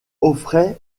offrait